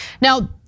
Now